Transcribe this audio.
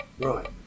Right